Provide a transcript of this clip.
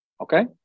okay